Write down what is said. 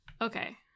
Okay